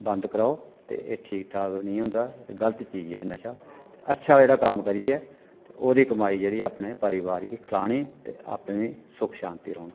बंद कराओ ते एह् ठीक ठाक निं होंदा गलत चीज ऐ नशा ते अच्छा जेह्ड़ा कम्म करियै ते ओह्दी कमाई जेह्ड़ी ऐ अपने परोआर गी खलानी ते आपें बी सुख शांति रौह्ना